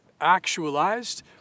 actualized